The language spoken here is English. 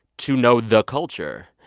to know the culture.